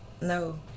No